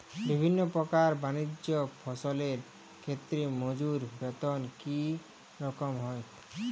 বিভিন্ন প্রকার বানিজ্য ফসলের ক্ষেত্রে মজুর বেতন কী রকম হয়?